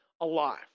alive